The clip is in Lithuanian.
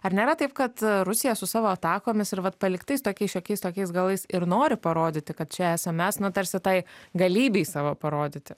ar nėra taip kad rusija su savo atakomis ir vat paliktais tokiais šiokiais tokiais galais ir nori parodyti kad čia esam mes na tarsi tai galybei savo parodyti